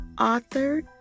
Author